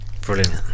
Brilliant